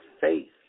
faith